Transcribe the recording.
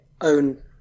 own